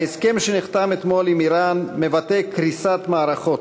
ההסכם שנחתם אתמול עם איראן מבטא קריסת מערכות,